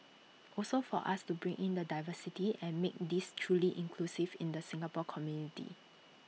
also for us to bring in the diversity and make this truly inclusive in the Singapore community